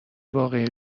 واقعی